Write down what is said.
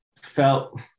felt